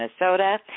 Minnesota